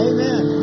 Amen